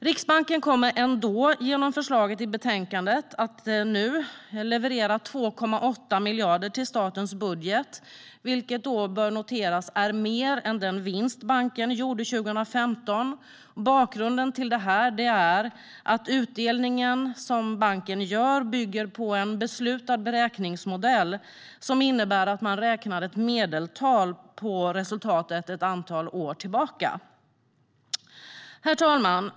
Riksbanken kommer ändå genom förslaget i betänkandet att leverera 2,8 miljarder till statens budget, vilket bör noteras är mer än den vinst banken gjorde 2015. Bakgrunden till detta är att utdelningen bygger på en beslutad beräkningsmodell som innebär att man räknar ett medeltal på resultatet ett antal år tillbaka. Herr talman!